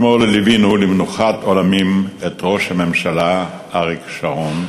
אתמול ליווינו למנוחת עולמים את ראש הממשלה אריק שרון,